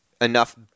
enough